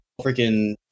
freaking